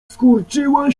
skurczyła